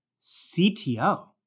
CTO